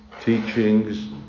teachings